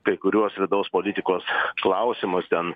kai kuriuos vidaus politikos klausimusten